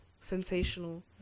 sensational